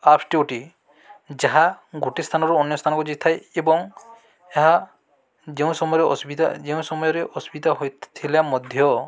ଆପ୍ସଟି ଅଟି ଯାହା ଗୋଟେ ସ୍ଥାନରୁ ଅନ୍ୟ ସ୍ଥାନକୁ ଯାଇଥାଏ ଏବଂ ଏହା ଯେଉଁ ସମୟରେ ଅସୁବିଧା ଯେଉଁ ସମୟରେ ଅସୁବିଧା ହୋଇଥିଲା ମଧ୍ୟ